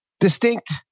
Distinct